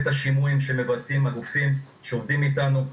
השינויים שמבצעים הגופים שעובדים איתנו.